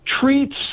treats